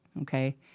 Okay